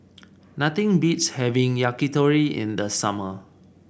nothing beats having Yakitori in the summer